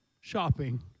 shopping